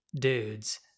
dudes